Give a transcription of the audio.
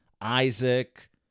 Isaac